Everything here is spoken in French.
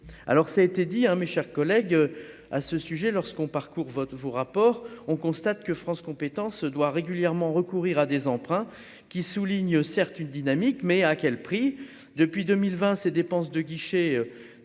alors ça a été dit, hein, mes chers collègues, à ce sujet, lorsqu'on parcourt votre vous rapport on constate que France compétences doit régulièrement recourir à des emprunts qui soulignent certes une dynamique, mais à quel prix, depuis 2020, ces dépenses de guichet